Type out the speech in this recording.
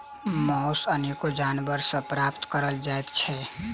मौस अनेको जानवर सॅ प्राप्त करल जाइत छै